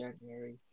January